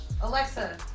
Alexa